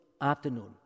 afternoon